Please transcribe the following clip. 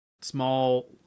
small